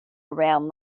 around